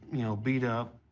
you know, beat up.